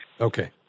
Okay